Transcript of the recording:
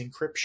encryption